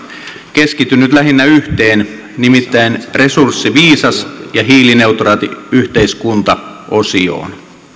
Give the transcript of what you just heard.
keskityn nyt lähinnä yhteen nimittäin resurssiviisas ja hiilineutraali yhteiskunta osioon